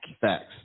Facts